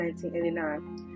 1989